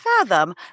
fathom